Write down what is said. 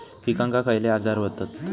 पिकांक खयले आजार व्हतत?